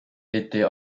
était